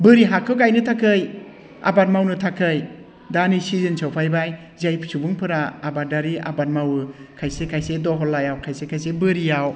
बोरि हाखौ गायनो थाखाय आबाद मावनो थाखाय दानि सिजोन सफैबाय जाय सुबुंफोरा आबादारि आबाद मावो खायसे खायसे दहलायाव खायसे खायसे बोरियाव